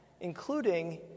including